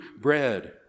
bread